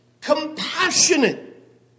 compassionate